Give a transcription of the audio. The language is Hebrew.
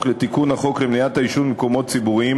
לתיקון החוק למניעת העישון במקומות ציבוריים